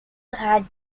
had